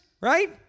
right